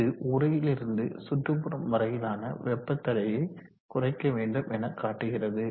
இது உறையிலிருந்து சுற்றுப்புறம் வரையிலான வெப்ப தடையை குறைக்க வேண்டும் என காட்டுகிறது